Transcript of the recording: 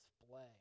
display